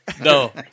No